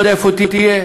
לא יודע איפה תהיה,